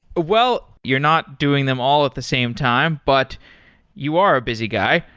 well, you're not doing them all at the same time, but you are a busy guy,